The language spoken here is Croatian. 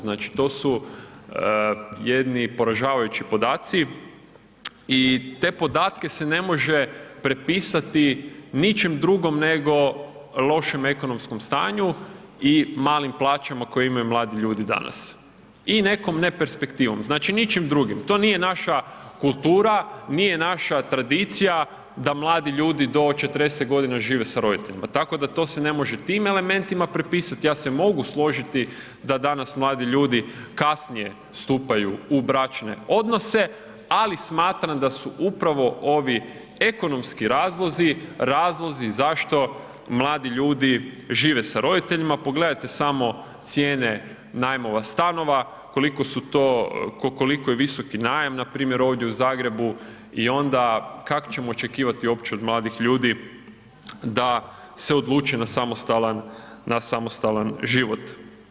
Znači to su jedni poražavajući podaci i te podatke se ne može pripisati ničem drugom nego lošem ekonomskom stanju i malim plaćama koje imaju mladi ljudi danas i nekom ne perspektivom, znači ničim drugim, to nije naša kultura, nije naša tradicija da mladi ljudi do 40 g. žive sa roditeljima tako da to se ne može tim elementima pripisati, ja se mogu složiti da danas mladi ljudi kasnije stupaju u bračne odnose ali smatram da su upravo ovi ekonomski razlozi, razlozi zašto mladi ljudi žive sa roditeljima, pogledajte samo cijene najmova stanova, koliko je visoki najam, npr. ovdje u Zagrebu i onda kako ćemo očekivati opće od mladih ljudi da se odluče na samostalan, na samostalan život.